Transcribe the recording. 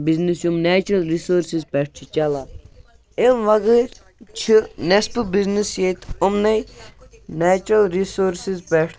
business یِم natural resources پٮ۪ٹھ چھِ چَلان امہ وَغٲر چھِ نصفہٕ بِزنٮ۪س ییٚتہٕ یِمنٕے نیچرَل رِسورسِز پٮ۪ٹھ